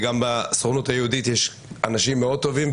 גם בסוכנות היהודית יש אנשים מאוד טובים.